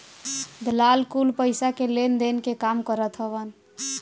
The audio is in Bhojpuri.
दलाल कुल पईसा के लेनदेन के काम करत हवन